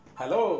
Hello